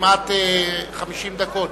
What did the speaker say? כמעט 50 דקות,